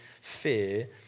fear